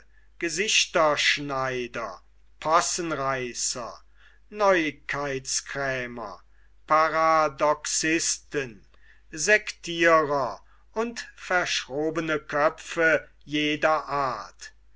ueberspannte gesichterschneider possenreißer neuigkeitskrämer paradoxisten sektirer und verschrobene köpfe jeder art